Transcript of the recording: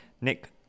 Nick